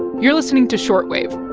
you're listening to short wave